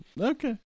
Okay